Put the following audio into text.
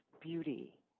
beauty